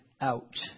out